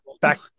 Back